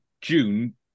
June